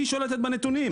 כי היא שולטת בנתונים,